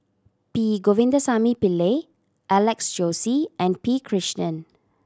P Govindasamy Pillai Alex Josey and P Krishnan